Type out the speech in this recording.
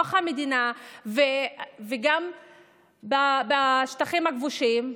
בתוך המדינה וגם בשטחים הכבושים.